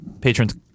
Patrons